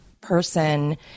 Person